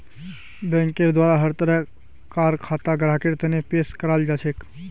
बैंकेर द्वारा हर तरह कार खाता ग्राहकेर तने पेश कराल जाछेक